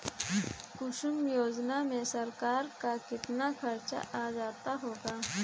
कुसुम योजना में सरकार का कितना खर्चा आ जाता होगा